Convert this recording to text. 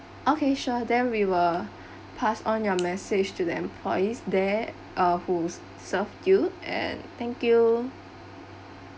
okay sure then we will pass on your message to the employees there uh who s~ serve you and thank you